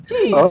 Jeez